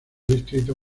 distrito